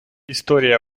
історія